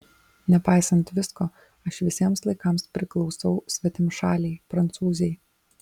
nepaisant visko aš visiems laikams priklausau svetimšalei prancūzei